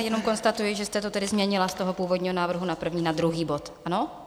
Jenom konstatuji, že jste to tedy změnila z toho původního návrhu na první na druhý bod, ano?